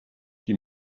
die